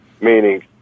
Meaning